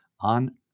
on